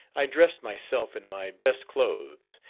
i dressed myself in my best clothes,